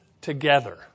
together